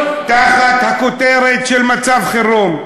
כי כמו שהוא מצביע כפול,